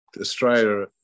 australia